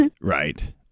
Right